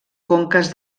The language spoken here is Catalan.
conques